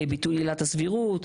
ביטול עילת הסבירות,